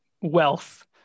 wealth